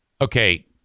Okay